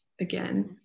again